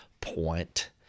point